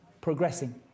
progressing